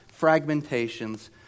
fragmentations